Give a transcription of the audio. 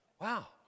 Wow